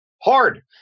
hard